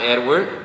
Edward